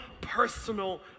personal